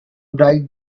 bright